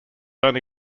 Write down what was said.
only